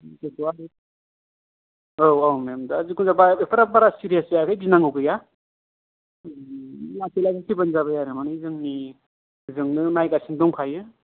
गथ'आ औ औ मेम दा बारा सिरियास जायाखै गिनांगौ गैया लासै लासै फैबानो जाबाय आरो माने जोंनि जोंनो नायगासिनो दंखायो